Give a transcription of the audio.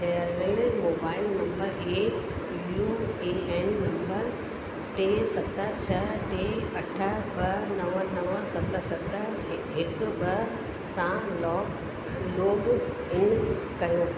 थियलु mobile number ऐं U A N number टे सत छह टे अठ ॿ नव नव सत सत हिकु ॿ सां लॉग लोग इन कयो